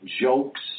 jokes